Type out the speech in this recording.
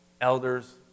elders